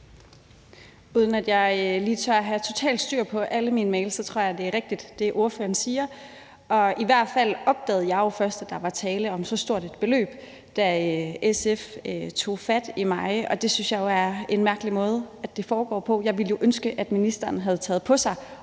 Uden at jeg lige tør sige, at jeg har totalt styr på alle mine mails, tror jeg, det er rigtigt, hvad ordføreren siger. I hvert fald opdagede jeg jo først, at der var tale om så stort et beløb, da SF tog fat i mig, og det synes jeg er en mærkelig måde, at det foregår på. Jeg ville jo ønske, at ministeren havde taget på sig